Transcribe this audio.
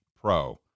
pro